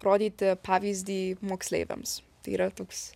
rodyti pavyzdį moksleiviams tai yra toks